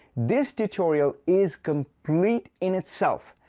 this tutorial is complete in itself,